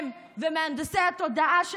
הם ומהנדסי התודעה שלהם,